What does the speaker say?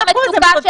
אבל בכתובת הנכונה.